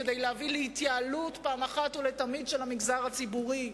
כדי להביא להתייעלות פעם אחת ולתמיד של המגזר הציבורי,